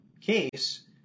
case